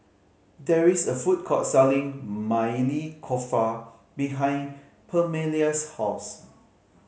there is a food court selling Maili Kofta behind Permelia's house